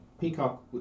Peacock